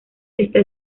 está